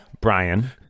Brian